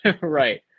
Right